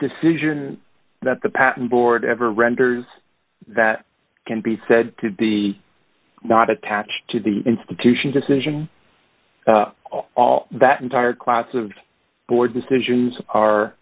decision that the patent board ever renders that can be said to be not attached to the institution decision all that entire class of board decisions are